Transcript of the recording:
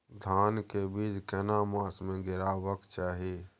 धान के बीज केना मास में गीरावक चाही?